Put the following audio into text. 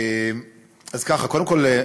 קודם כול,